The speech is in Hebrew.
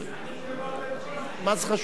אני